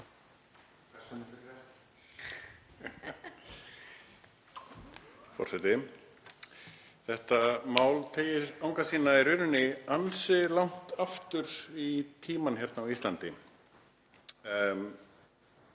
Þetta mál teygir anga sína í rauninni ansi langt aftur í tímann hérna á Íslandi.